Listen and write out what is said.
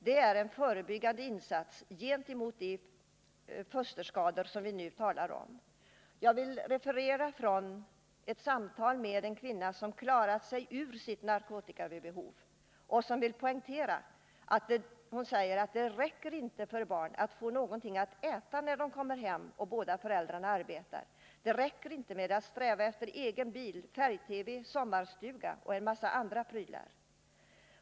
Det är en förebyggande insats gentemot de fosterskador vi nu talar om. Jag vill referera från ett samtal med en kvinna som klarat sig ur sitt narkotikabehov. Hon säger att hon vill poängtera att det inte räcker för barnen att de får någonting att äta när de kommer hem och båda föräldrarna arbetar. Det räcker inte heller med att sträva efter egen bil, färg-TV, sommarstuga och en massa andra prylar.